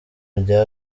rya